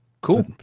cool